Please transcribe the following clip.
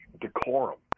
decorum